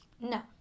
No